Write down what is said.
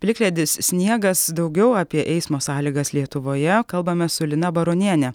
plikledis sniegas daugiau apie eismo sąlygas lietuvoje kalbame su lina baroniene